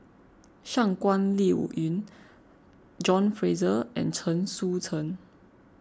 Shangguan Liuyun John Fraser and Chen Sucheng